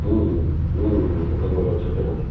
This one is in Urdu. ہوں ہوں ہوں ہوں مکمل ہو چکے ہیں